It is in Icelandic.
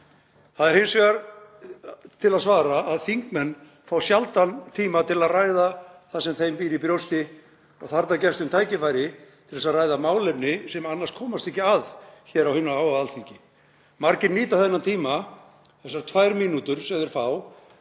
Því er hins vegar til að svara að þingmenn fá sjaldan tíma til að ræða það sem þeim býr í brjósti og þarna gefst þeim tækifæri til að ræða málefni sem annars komast ekki að hér á hinu háa Alþingi. Margir nýta þennan tíma, þessar tvær mínútur sem þeir fá,